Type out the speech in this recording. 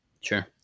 Sure